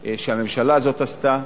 שהממשלה הזאת עשתה.